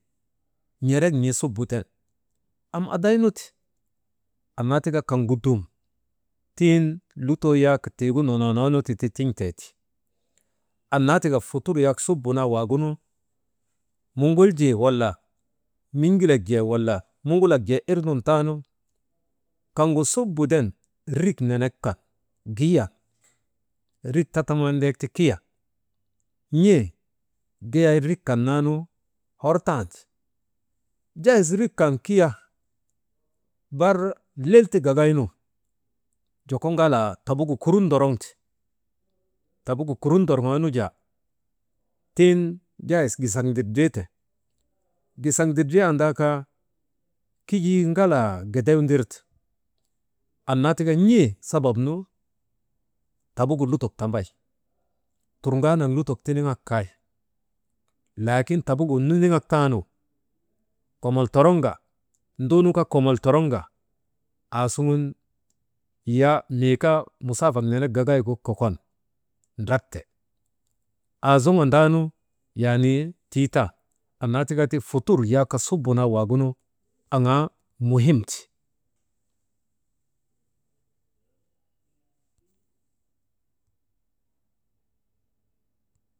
N̰erek n̰i subu de am adaynu ti, annaa taka kaŋgu dum tiŋ lutoo yak tiigu nonoonoonu tiŋtee ti, annaa tika futur subu naa waagunu nuŋguljii waala n̰iŋilrek jee wala nuŋulak jee, irnun taanu kaŋ subu den rik nenek kan biyan. Rik datamgan ti kiya n̰ee giyay n rik kan naa nu hor taanu jahis rik kan kiya barnu lel ti giyaynu joko gaŋlaa tadugu kurut, tabugu kurut dorŋoonum jaan tiŋ gisak ndriite, giyak ndridriyaandaa kaa kijii ŋalaa gedew ndirte, annaa tika n̰ee sabab nu tabugu lutok tambay, turgaanaŋ lutok liŋinak kay, laakin tabugu niniŋak taanu komol toroŋ ka nduunu kaa, komol toroŋka aasuŋun hiya mii kaa musaafak nenek gagaygu kokon ndrakte. Aazoŋa ndaanu yaani tiitan, annaa tika ti futur subu naa waagunu aŋaa muhimti.